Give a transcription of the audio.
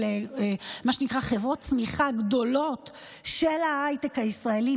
של מה שנקרא חברות צמיחה גדולות של ההייטק הישראלי,